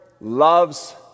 loves